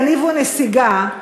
יניבו נסיגה,